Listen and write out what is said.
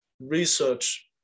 research